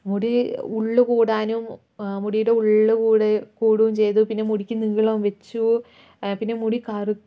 മുടി ഉള്ളു കൂടാനും മുടിയുടെ ഉള്ള് കൂടൂകയും ചെയ്തു പിന്നെ മുടിക്ക് നീളം വച്ചു പിന്നെ മുടി